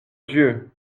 dieu